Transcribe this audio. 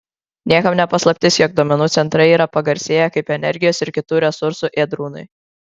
niekam ne paslaptis jog duomenų centrai yra pagarsėję kaip energijos ir kitų resursų ėdrūnai